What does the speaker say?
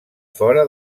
fora